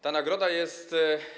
Ta nagroda jest.